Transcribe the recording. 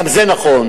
גם זה נכון,